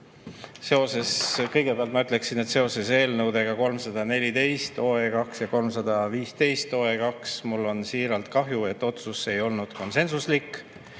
Kõigepealt ma ütleksin seoses eelnõudega 314 ja 315, et mul on siiralt kahju, et otsus ei olnud konsensuslik.